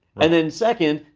and then second,